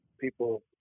people